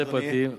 בפרטי פרטים,